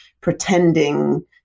pretending